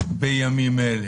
בימים אלה.